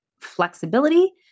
flexibility